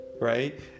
right